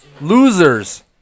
losers